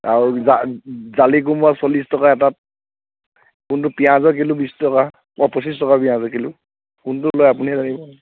আৰু জা জালি কোমোৰা চল্লিছ টকা এটাত পিঁয়াজৰ কিলো বিছ টকা পঁচিছ টকা পিঁয়াজৰ কিলো কোনটো লয় আপুনিহে জানিব